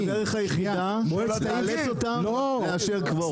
זו הדרך היחידה לאלץ אותם לאשר קוורום.